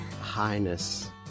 highness